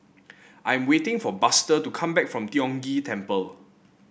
I am waiting for Buster to come back from Tiong Ghee Temple